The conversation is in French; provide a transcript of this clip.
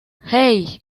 hey